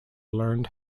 learned